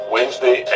Wednesday